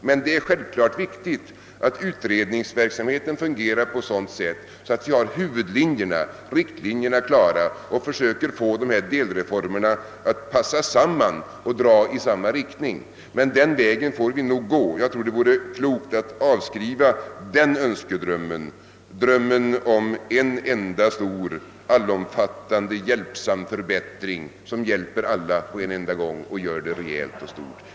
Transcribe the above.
Men det är självfallet viktigt att utredningsverksamheten fungerar på sådant sätt att vi har riktlinjerna klara och kan försöka få delreformerna att passa samman och dra i samma riktning. Den vägen får vi nog ändå gå. Jag tror att det vore klokt att avskriva önskedrömmen om en enda stor allomfattande reform, som hjälper alla på en gång och gör det rejält och stort.